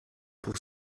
pour